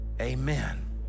Amen